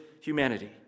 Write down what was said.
humanity